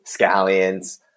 scallions